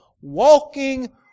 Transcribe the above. walking